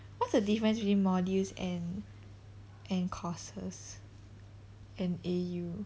what's the difference between modules and and courses and A_U